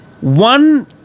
one